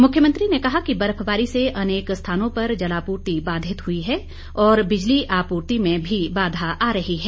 मुख्यमंत्री ने कहा कि बर्फबारी से अनेक स्थानों पर जलापूर्ति बाधित हुई है और बिजली आपूर्ति में भी बाधा आ रही है